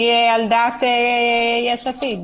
דעת יש עתיד.